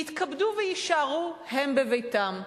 יתכבדו ויישארו הם בביתם,